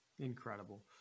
Incredible